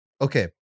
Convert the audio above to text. okay